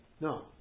No